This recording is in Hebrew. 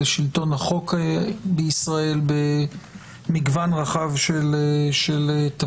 לשלטון החוק בישראל במגוון רחב של תפקידים.